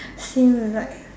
same l~ like